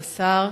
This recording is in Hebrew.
כבוד השר,